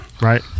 Right